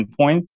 endpoint